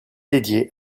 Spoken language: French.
dédié